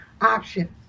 options